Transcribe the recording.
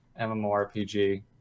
MMORPG